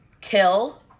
Kill